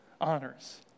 honors